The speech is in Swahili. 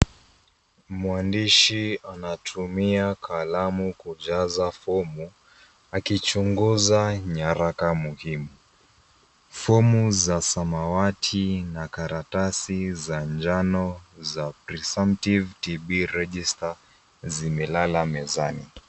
Mwandishi anatumia kalamu kujaza fomu akichunguza nyaraka muhimu. Fomu za samawati na karatasi za njano za Presumptive TB Register zimelala mezani.